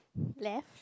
left